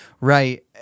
Right